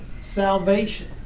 salvation